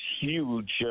huge